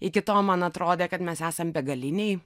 iki to man atrodė kad mes esam begaliniai